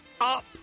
up